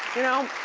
you know,